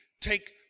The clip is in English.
take